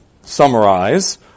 summarize